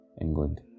England